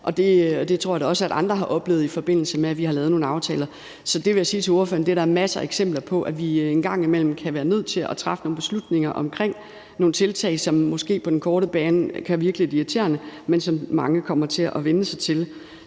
det tror jeg da også at andre har oplevet, i forbindelse med at vi har lavet nogle aftaler. Så jeg vil sige til ordføreren, at der er masser af eksempler på, at vi en gang imellem kan være nødt til at træffe nogle beslutninger omkring nogle tiltag, som måske på den korte bane kan virke lidt irriterende, men som mange kommer til at vænne sig til.